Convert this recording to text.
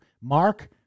mark